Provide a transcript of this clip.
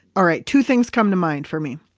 all right, two things come to mind for me.